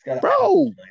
bro